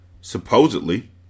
Supposedly